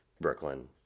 Brooklyn